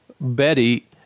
Betty